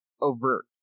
overt